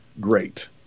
great